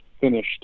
finished